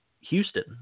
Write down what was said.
Houston